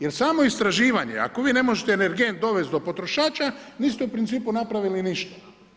Jer istraživanje ako vi ne možete energent dovesti do potrošača niste u principu napravili ništa.